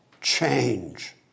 change